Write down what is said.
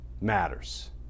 matters